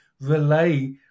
relay